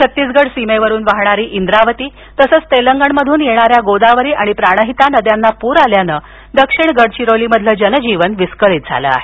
छत्तीसगड सीमेवरुन वाहणारी इंद्रावती तसंच तेलंगणमधून येणाऱ्या गोदावरी आणि प्राणहिता नद्यांना पूर आल्यानं दक्षिण गडचिरोलीतील जनजीवन विस्कळीत झालं आहे